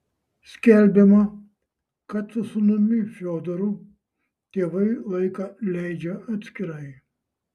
skelbiama kad su sūnumi fiodoru tėvai laiką leidžia atskirai